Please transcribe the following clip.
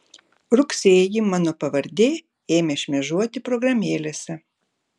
rugsėjį mano pavardė ėmė šmėžuoti programėlėse